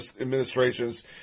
administrations